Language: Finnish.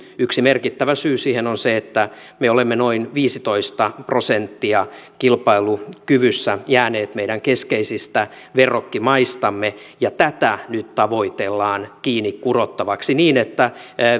yksi merkittävä syy siihen on se että me olemme noin viisitoista prosenttia kilpailukyvyssä jääneet meidän keskeisistä verrokkimaistamme ja tätä nyt tavoitellaan kiinni kurottavaksi niin että